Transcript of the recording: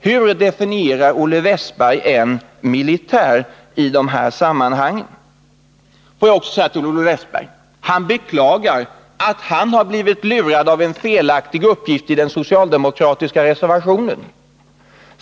Hur definierar Olle Wästberg en militär i de här sammanhangen? Olle Wästberg beklagar att han har blivit lurad av en felaktig uppgift i den socialdemokratiska reservationen.